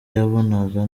yabonaga